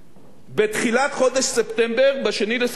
בתחילת חודש ספטמבר, ב-2 בספטמבר,